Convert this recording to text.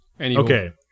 Okay